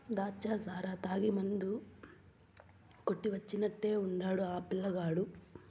దాచ్చా సారా తాగి మందు కొట్టి వచ్చినట్టే ఉండాడు ఆ పిల్లగాడు